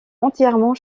entièrement